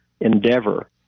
endeavor